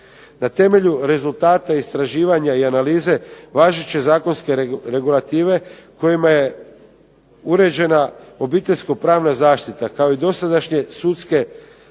Na temelju rezultata istraživanja i analize važeće zakonske regulative kojima je uređena obiteljsko-pravna zaštita, kao i dosadašnje sudske